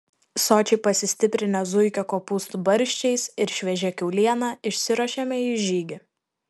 sočiai pasistiprinę zuikio kopūstų barščiais ir šviežia kiauliena išsiruošėme į žygį